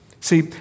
See